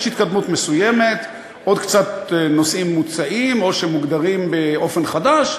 יש התקדמות מסוימת: עוד קצת נושאים מוצאים או שמוגדרים באופן חדש,